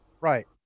Right